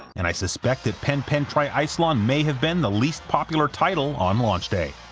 and i suspect that pen pen triicelon may have been the least-popular title on launch day.